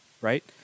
right